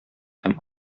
һәм